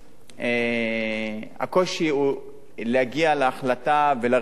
הקושי הוא להגיע להחלטה ולרפורמה,